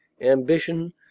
ambition